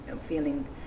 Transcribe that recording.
feeling